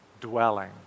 dwelling